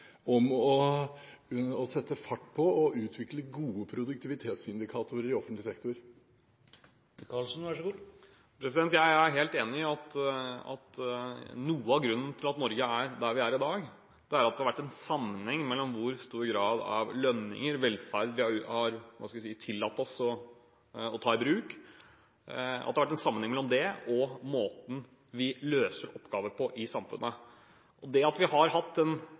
om å sette fart på og utvikle gode produktivitetsindikatorer i offentlig sektor? Jeg er helt enig i at noe av grunnen til at Norge er der vi er i dag, er at det har vært en sammenheng mellom graden av lønninger og velferd vi har tillatt oss å ta i bruk, og måten vi løser oppgaver på i samfunnet. Det at vi har hatt en